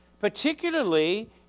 particularly